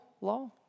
law